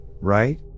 right